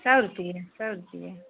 सौ रुपये सौ रुपये